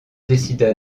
décida